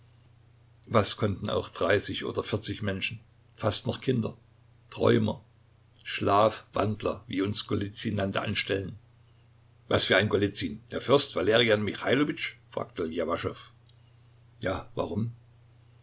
was konnten auch dreißig oder vierzig menschen fast noch kinder träumer schlafwandler wie uns golizyn nannte anstellen was für ein golizyn der fürst valerian michailowitsch fragte ljewaschow ja warum